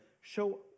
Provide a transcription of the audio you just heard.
show